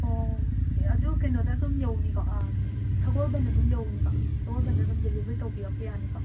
ꯑꯣ ꯀꯦ ꯑꯗꯨ ꯀꯩꯅꯣꯗ ꯑꯗꯨꯝ ꯌꯧꯅꯤꯀꯣ ꯁꯒꯣꯜꯕꯟ ꯑꯗꯨꯝ ꯌꯧꯅꯤꯀꯣ ꯁꯒꯣꯜꯕꯟꯗ ꯑꯗꯨꯝ ꯗꯤꯂꯤꯕꯔ ꯇꯧꯕꯤꯔꯛꯄ ꯌꯥꯅꯤꯀꯣ